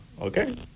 Okay